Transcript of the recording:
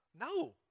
No